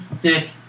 Dick